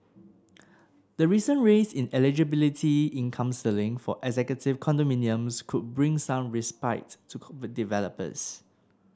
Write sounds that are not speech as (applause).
the recent raise in eligibility income ceiling for executive condominiums could bring some respite to (unintelligible) developers